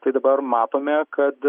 tai dabar matome kad